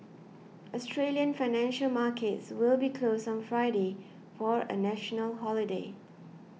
Australian financial markets will be closed on Friday for a national holiday